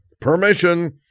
permission